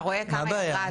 מה הבעיה?